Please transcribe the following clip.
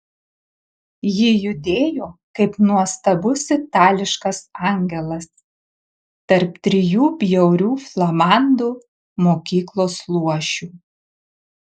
ji judėjo kaip nuostabus itališkas angelas tarp trijų bjaurių flamandų mokyklos luošių